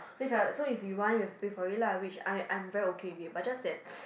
so if like so if you want you have to pay for it lah which I I am very okay of it but just